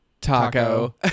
taco